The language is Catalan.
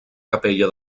capella